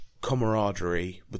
camaraderie